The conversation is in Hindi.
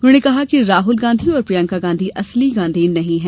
उन्होंने कहा कि राहल गांधी और प्रियंका गांधी असली गांधी नहीं हैं